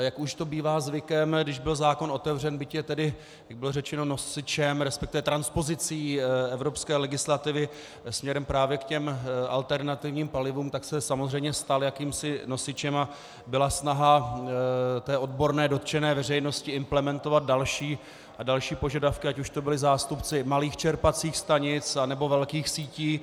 Jak už to bývá zvykem, když byl zákon otevřen, byť je tedy, jak bylo řečeno, nosičem, resp. transpozicí evropské legislativy směrem právě k těm alternativním palivům, tak se samozřejmě stal jakýmsi nosičem a byla snaha odborné dotčené veřejnosti implementovat další požadavky, ať už to byli zástupci malých čerpacích stanic, anebo velkých sítí.